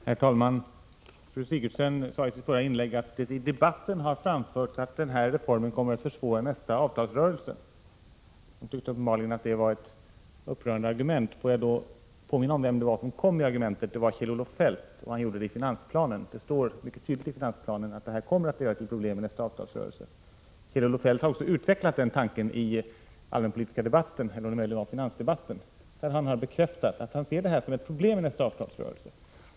Herr talman! Fru Sigurdsen sade i sitt förra inlägg att det i debatten har framförts att denna reform kommer att försvåra nästa avtalsrörelse. Hon tyckte uppenbarligen att det var ett upprörande argument. Låt mig då påminna om vem som kom med det argumentet. Det var Kjell-Olof Feldt i finansplanen. Det står mycket tydligt i finansplanen att denna reform kommer att leda till problem i nästa avtalsrörelse. Kjell-Olof Feldt har också utvecklat den tanken i den allmänpolitiska debatten — eller om det möjligen var i finansdebatten. Han har bekräftat att han ser detta som ett problem i nästa avtalsrörelse.